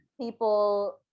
people